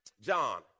John